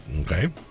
Okay